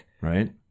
Right